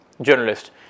journalist